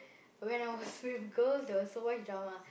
when I was with girls there was so much drama